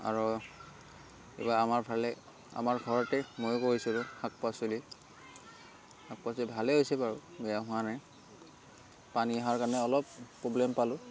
আৰু এইবাৰ আমাৰ ভালে আমাৰ ঘৰতেই ময়ো কৰিছিলোঁ শাক পাচলি শাক পাচলি ভালেই হৈছে বাৰু বেয়া হোৱা নাই পানী অহাৰ কাৰণে অলপ প্ৰব্লেম পালোঁ